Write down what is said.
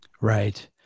Right